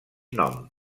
nom